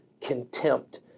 contempt